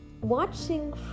watching